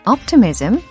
Optimism